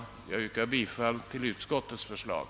Jag yrkar bifall till utskottets förslag.